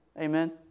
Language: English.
Amen